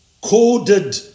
coded